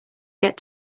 get